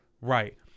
Right